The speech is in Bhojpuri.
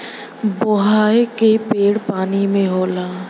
बेहया क पेड़ पानी में होला